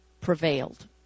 prevailed